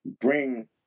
bring